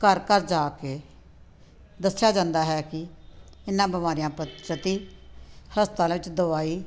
ਘਰ ਘਰ ਜਾ ਕੇ ਦੱਸਿਆ ਜਾਂਦਾ ਹੈ ਕਿ ਇਹਨਾਂ ਬਿਮਾਰੀਆਂ ਪਤ ਪ੍ਰਤੀ ਹਸਪਤਾਲਾਂ ਵਿੱਚ ਦਵਾਈ